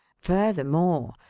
furthermore,